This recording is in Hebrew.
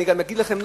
אני אגיד לכם,